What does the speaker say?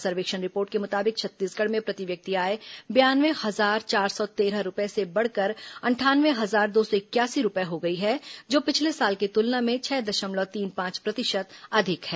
सर्वेक्षण रिपोर्ट के मुताबिक छत्तीसगढ़ में प्रति व्यक्ति आय बयानये हजार चार सौ तेरह रूपये से बढ़कर अंठानवे हजार दो सौ इकयासी रूपये हो गई है जो पिछले साल की तुलना में छह दशमलव तीन पांच प्रतिशत अधिक है